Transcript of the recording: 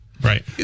Right